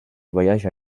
voyage